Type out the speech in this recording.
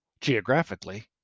geographically